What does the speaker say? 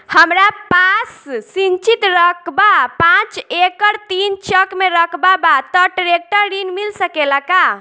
हमरा पास सिंचित रकबा पांच एकड़ तीन चक में रकबा बा त ट्रेक्टर ऋण मिल सकेला का?